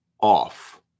off